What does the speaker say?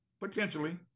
potentially